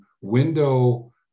window